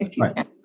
right